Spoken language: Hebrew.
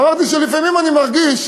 ואמרתי שלפעמים אני מרגיש